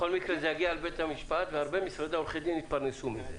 בכל מקרה זה יגיע לבית המשפט והרבה עורכי דין יתפרנסו מזה.